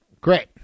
Great